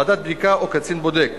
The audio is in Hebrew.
ועדת בדיקה או קצין בודק.